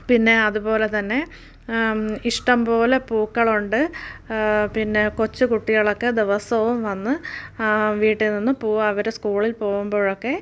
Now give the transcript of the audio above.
പിന്നെ അതുപോലെ തന്നെ ഇഷ്ടംപോലെ പൂക്കളുണ്ട് പിന്നെ കൊച്ചുകുട്ടികളൊക്കെ ദിവസവും വന്ന് വീട്ടിൽ നിന്ന് പൂവ് അവർ സ്കുളിൽ പോകുമ്പോഴൊക്കെ